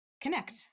connect